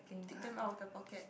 take them out of the pockets